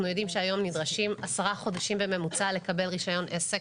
אנחנו יודעים שהיום נדרשים עשרה חודשים בממוצע לקבל רישיון עסק.